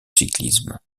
cyclisme